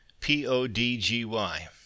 P-O-D-G-Y